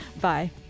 Bye